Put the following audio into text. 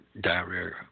diarrhea